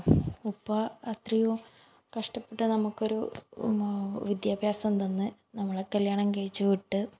ഉപ്പാ അത്രയും കഷ്ടപ്പെട്ട നമുക്കൊരു വിദ്യാഭ്യാസം തന്ന് നമ്മളെ കല്യാണം കഴിച്ച് വിട്ട്